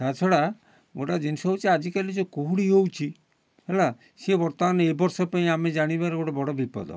ତା'ଛଡ଼ା ଗୋଟେ ଜିନିଷ ହେଉଛି ଆଜିକାଲି ଯେଉଁ କୁହୁଡ଼ି ହେଉଛି ହେଲା ସିଏ ବର୍ତ୍ତମାନ ଏ ବର୍ଷ ପାଇଁ ଆମେ ଜାଣିବାରେ ଗୋଟେ ବଡ଼ ବିପଦ